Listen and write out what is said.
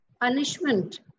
punishment